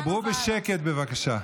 דברו בשקט, בבקשה.